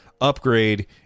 upgrade